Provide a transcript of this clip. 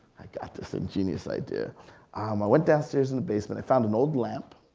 i got this ingenious idea. um i went downstairs in the basement, i found an old lamp,